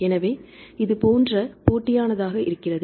எனவே இது மிகவும் போட்டியானதாக இருக்கிறது